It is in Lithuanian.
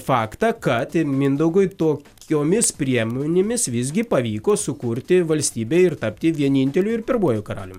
faktą kad mindaugui to kiomis priemonėmis visgi pavyko sukurti valstybę ir tapti vieninteliu ir pirmuoju karalium